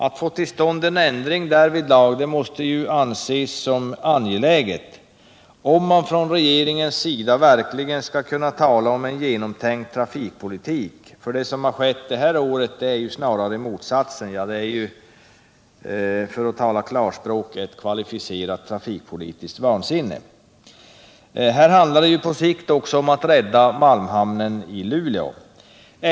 Att få till stånd en ändring därvidlag måste anses som angeläget, om man från regeringens sida verkligen skall kunna tala om en genomtänkt trafikpolitik. Det som har skett det här året är ju snarare motsatsen. Ja, det är — för att tala klarspråk — ett kvalificerat trafikpolitiskt vansinne. Här handlar det på sikt också om att rädda malmhamnen i Luleå.